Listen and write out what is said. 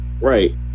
Right